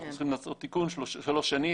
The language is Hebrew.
אנחנו חושבים לעשות תיקון שלוש שנים,